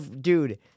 dude